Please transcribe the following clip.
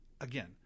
Again